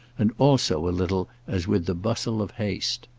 and also a little as with the bustle of haste.